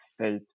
state